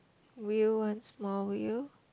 wheel one small wheel